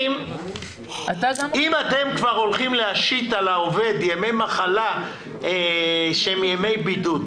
אם אתם כבר הולכים להשית על העובד ימי מחלה שהם ימי בידוד,